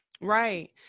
Right